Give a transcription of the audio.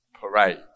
parade